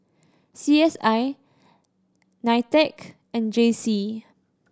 C S I NITEC and J C